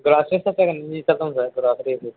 groceries అయితే మేము తీసుకెళ్తాం సార్ గ్రోసరీస్